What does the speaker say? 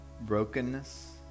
brokenness